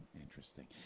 interesting